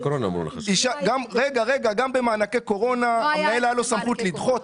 גם במענקי הקורונה למנהל הייתה סמכות לדחות.